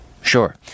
Sure